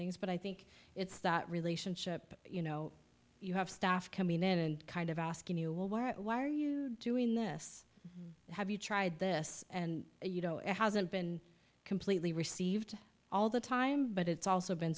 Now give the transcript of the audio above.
things but i think it's that relationship you know you have staff coming in and kind of asking you well why why are you doing this have you tried this and you know it hasn't been completely received all the time but it's also been